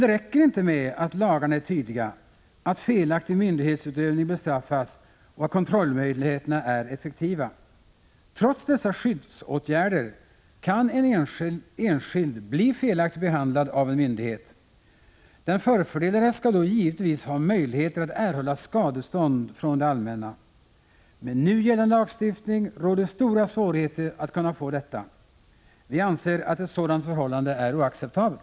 Det räcker dock inte med att lagarna är tydliga, att felaktig myndighetsutövning bestraffas och att kontrollmöjligheterna är effektiva. Trots dessa skyddsåtgärder kan en enskild bli felaktigt behandlad av en myndighet. Den förfördelade skall då givetvis ha möjligheter att erhålla skadestånd från det allmänna. Med nu gällande lagstiftning råder stora svårigheter att kunna få detta. Vi anser att ett sådant förhållande är oacceptabelt.